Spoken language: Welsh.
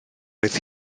oedd